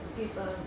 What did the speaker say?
people